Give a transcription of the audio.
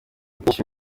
byinshi